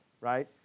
right